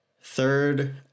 third